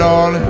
on